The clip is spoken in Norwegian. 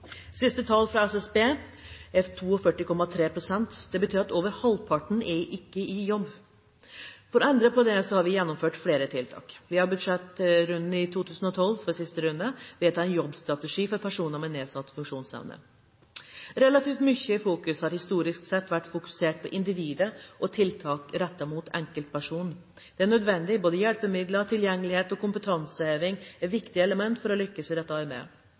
Siste tall fra SSB er 42,3 pst. Det betyr at over halvparten ikke er i jobb. For å endre på dette har vi gjennomført flere tiltak. I forbindelse med budsjettet for 2012 – i siste budsjettrunde – ble det vedtatt en jobbstrategi for personer med nedsatt funksjonsevne. Relativt mye har det historisk sett vært fokusert på individet og tiltak rettet mot enkeltpersonen. Både hjelpemidler, tilgjengelighet og kompetanseheving er viktige elementer for å lykkes i dette arbeidet.